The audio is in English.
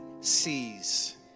sees